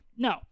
No